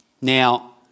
Now